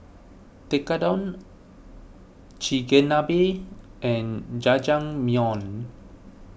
Tekkadon Chigenabe and Jajangmyeon